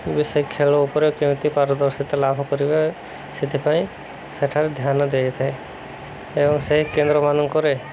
ବି ସେଇ ଖେଳ ଉପରେ କେମିତି ପାରଦର୍ଶିତ ଲାଭ କରିବେ ସେଥିପାଇଁ ସେଠାରେ ଧ୍ୟାନ ଦିଆାଇଥାଏ ଏବଂ ସେହି କେନ୍ଦ୍ର ମାନଙ୍କରେ